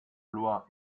loi